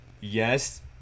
yes